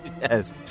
Yes